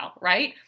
right